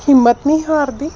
ਹਿੰਮਤ ਨਹੀਂ ਹਾਰਦੀ